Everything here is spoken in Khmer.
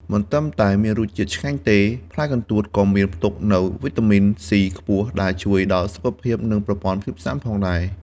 មិនត្រឹមតែមានរសជាតិឆ្ងាញ់ទេ ផ្លែកន្ទួតក៏មានផ្ទុកនូវ វីតាមីន ស៊ី ខ្ពស់ ដែលជួយដល់សុខភាព និងប្រព័ន្ធភាពស៊ាំផងដែរ។